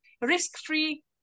risk-free